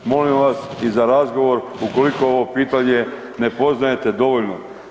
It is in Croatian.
Molimo vas i za razgovor ukoliko ovo pitanje ne poznajete dovoljno.